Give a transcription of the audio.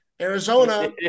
Arizona